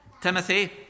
Timothy